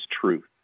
truth